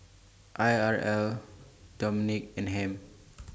Irl Dominique and Ham